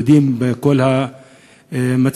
יהודים בכל המצבים,